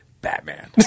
Batman